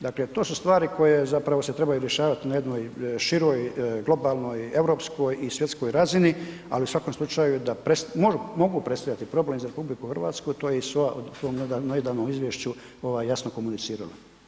Dakle, to su stvari koje zapravo se trebaju rješavat na jednoj široj, globalnoj, europskoj i svjetskoj razini, ali u svakom slučaju da, mogu predstavljati problem za RH, to je i SOA u svom nedavnom izvješću jasno komunicirala.